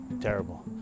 terrible